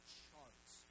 charts